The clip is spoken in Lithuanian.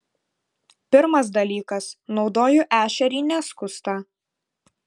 pirmas dalykas naudoju ešerį neskustą